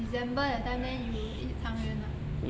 december that time then you eat 汤圆 ah